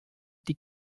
die